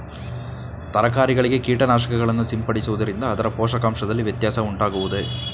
ತರಕಾರಿಗಳಿಗೆ ಕೀಟನಾಶಕಗಳನ್ನು ಸಿಂಪಡಿಸುವುದರಿಂದ ಅದರ ಪೋಷಕಾಂಶದಲ್ಲಿ ವ್ಯತ್ಯಾಸ ಉಂಟಾಗುವುದೇ?